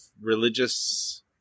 religious